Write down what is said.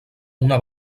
una